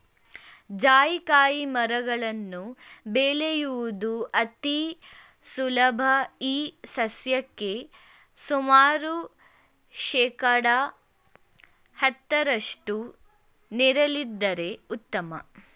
ಜಾಯಿಕಾಯಿ ಮರಗಳನ್ನು ಬೆಳೆಯುವುದು ಅತಿ ಸುಲಭ ಈ ಸಸ್ಯಕ್ಕೆ ಸುಮಾರು ಶೇಕಡಾ ಹತ್ತರಷ್ಟು ನೆರಳಿದ್ದರೆ ಉತ್ತಮ